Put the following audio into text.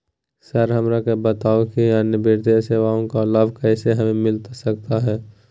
Sir हमरा के बताओ कि अन्य वित्तीय सेवाओं का लाभ कैसे हमें मिलता सकता है?